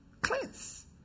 Cleanse